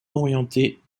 orientée